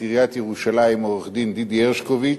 עיריית ירושלים עורך-הדין דידי הרשקוביץ,